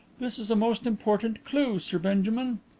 this is a most important clue, sir benjamin